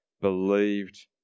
believed